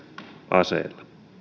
aseilla